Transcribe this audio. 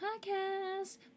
Podcast